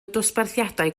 dosbarthiadau